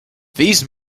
these